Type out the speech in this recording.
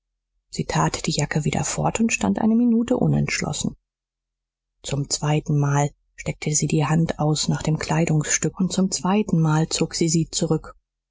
tat die jacke wieder fort und stand eine minute unentschlossen zum zweitenmal streckte sie die hand aus nach dem kleidungsstück und zum zweitenmal zog sie sie zurück